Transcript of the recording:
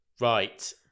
Right